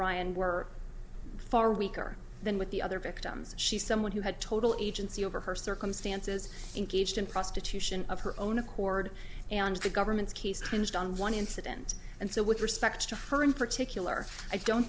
ryan were far weaker than with the other victims she's someone who had total agency over her circumstances engaged in prostitution of her own accord and the government's case changed on one incident and so with respect to her in particular i don't